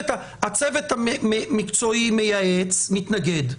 הצוות המקצועי מייעץ ומתנגד,